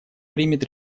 примет